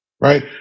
Right